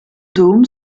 dôme